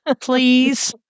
please